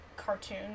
cartoon